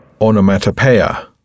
Onomatopoeia